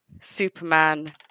Superman